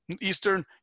Eastern